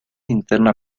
interna